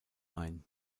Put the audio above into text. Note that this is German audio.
ein